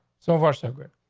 so far, so good.